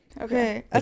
Okay